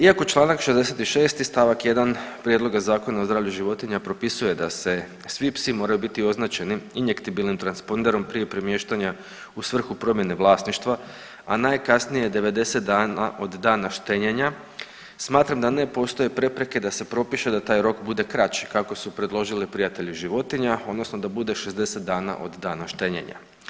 Iako čl. 66. st. 1. prijedloga Zakona o zdravlju životinja propisuje da svi psi moraju biti označeni injektibilnim transponderom prije premještanja u svrhu promjene vlasništva, a najkasnije 90 dana od dana štenjenja, smatram da ne postoje prepreke da se prošiše da taj rok bude kraći kako su predložili prijatelji životinja odnosno da bude 60 dana od dana štenjenja.